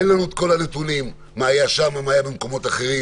אין לנו את כל הנתונים מה היה שם או מה היה במקומות אחרים,